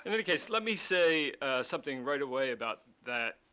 and any case, let me say something right away about that,